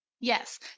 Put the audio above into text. Yes